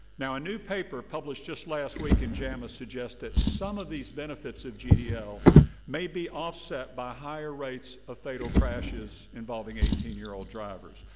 now, a newspaper published just last week and yeah um ah suggested some of these benefits of gdl may be offset by higher rates of fatal crashes involving eighteen year old drivers.